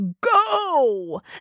go